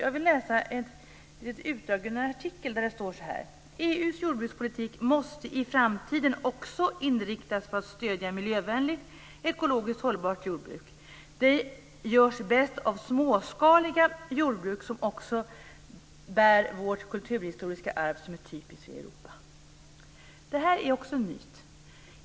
Jag ska göra ett utdrag ur en artikel där det står: "EU:s jordbrukspolitik måste i framtiden också inriktas på att stödja miljövänligt, ekologiskt hållbart jordbruk. Det görs bäst av småskaliga jordbruk, som också bär vårt kulturhistoriska arv som är typiskt för Också det här är en myt.